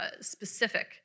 specific